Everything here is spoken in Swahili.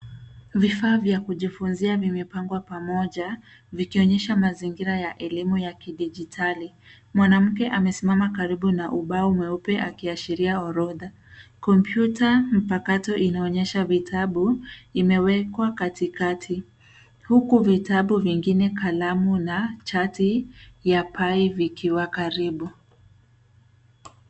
Vifaa vya kujifunzia vimepangwa pamoja, vikionesha mazingira ya elimu ya kidijitali. Mwanamke amesimama karibu na ubao mweupe akiashiria orodha. Kompyuta mpakato inaonyesha vitabu imewekwa katikati, huku vitabu vingine, kalamu na chati ya pie vikiwa karibu.